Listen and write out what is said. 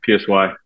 PSY